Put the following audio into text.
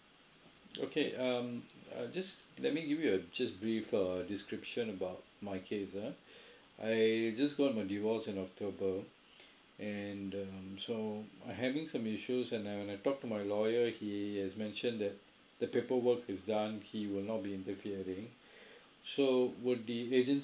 okay um I'll just let me give you uh just brief uh description about my case ah I just got my divorce end october and um so I'm having some issues and then when I talked to my lawyer he has mentioned that the paperwork is done he will not be interfering so would the agency